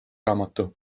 raamatu